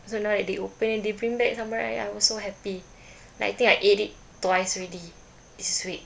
so now that they open it they bring back samurai I was so happy like I think I ate it twice already this week